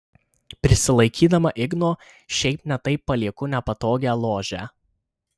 prisilaikydama igno šiaip ne taip palieku nepatogią ložę